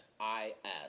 I-S